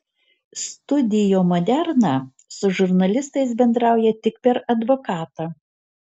studio moderna su žurnalistais bendrauja tik per advokatą